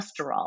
cholesterol